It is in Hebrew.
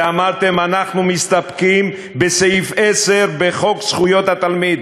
אמרתם: אנחנו מסתפקים בסעיף 5 בחוק זכויות התלמיד,